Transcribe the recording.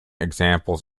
examples